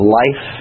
life